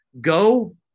Go